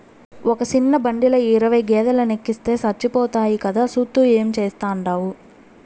ఒక సిన్న బండిల ఇరవై గేదేలెనెక్కిస్తే సచ్చిపోతాయి కదా, సూత్తూ ఏం చేస్తాండావు